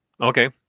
Okay